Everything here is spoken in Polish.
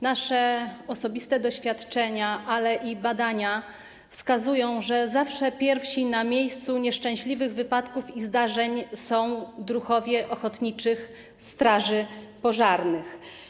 Nasze osobiste doświadczenia, ale i badania wskazują na to, że zawsze pierwsi na miejscu nieszczęśliwych wypadków i zdarzeń są druhowie ochotniczych straży pożarnych.